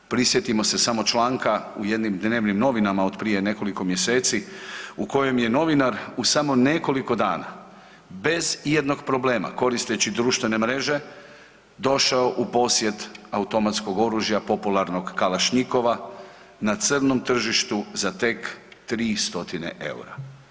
Prisjetimo se samo članka u jednim dnevnim novinama od prije nekoliko mjeseci u kojem je novinar u samo nekoliko dana bez ijednog problema koristeći društvene mreže došao u posjed automatskog oružja, popularnog Kalašnjikova na crnom tržištu za tek 300 eura.